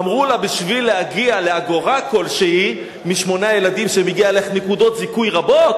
אמרו לה: בשביל להגיע לאגורה כלשהי שמגיעה לך מנקודות הזיכוי הרבות